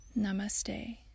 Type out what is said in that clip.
Namaste